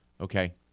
okay